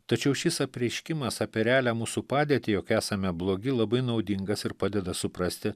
tačiau šis apreiškimas apie realią mūsų padėtį jog esame blogi labai naudingas ir padeda suprasti